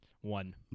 One